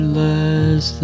less